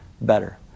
better